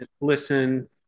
listen